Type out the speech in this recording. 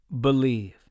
Believe